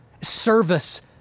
service